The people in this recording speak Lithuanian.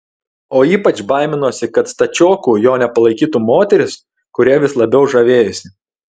o ypač baiminosi kad stačioku jo nepalaikytų moteris kuria vis labiau žavėjosi